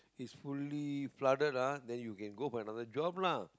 is fully flooded ah then you can go for another job lah